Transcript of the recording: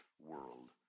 world